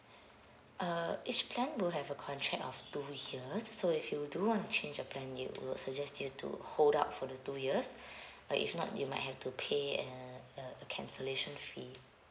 uh each plan will have a contract of two years so if you do want to change you plan you would suggest you to hold out for the two years uh if not you might have to pay an uh a cancellation fee